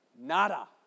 Nada